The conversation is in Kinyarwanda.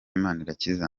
manirakiza